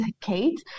Kate